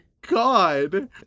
god